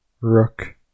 rook